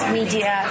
media